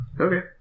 okay